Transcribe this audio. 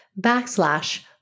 backslash